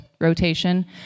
rotation